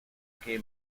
que